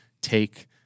take